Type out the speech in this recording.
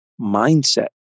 mindset